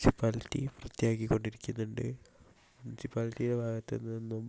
municipality വൃത്തിയാക്കി കൊണ്ടിരിക്കുന്നുണ്ട് മുൻസിപ്പാലിറ്റിയുടെ ഭാഗത്തുനിന്നും